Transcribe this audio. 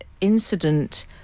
incident